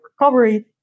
recovery